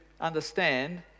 understand